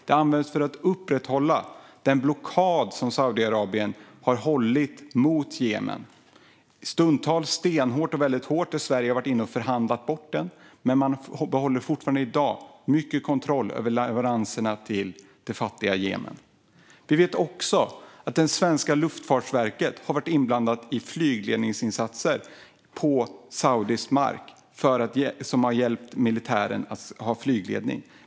Det används för att upprätthålla den blockad som Saudiarabien har hållit mot Jemen, stundtals stenhårt, och då har Sverige varit inne och förhandlat bort den, men man behåller fortfarande i dag mycket kontroll över leveranserna till det fattiga Jemen. Vi vet också att svenska Luftfartsverket har varit inblandat i flygledningsinsatser på saudisk mark och har hjälpt militären med flygledning.